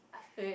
I wait wait